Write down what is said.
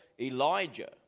Elijah